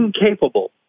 incapable